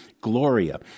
Gloria